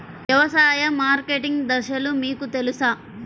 వ్యవసాయ మార్కెటింగ్ దశలు మీకు తెలుసా?